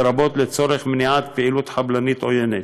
לרבות לצורך מניעת פעילות חבלנית עוינת,